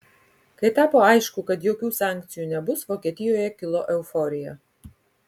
kai tapo aišku kad jokių sankcijų nebus vokietijoje kilo euforija